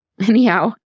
Anyhow